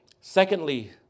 Secondly